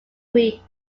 weeks